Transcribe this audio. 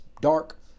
dark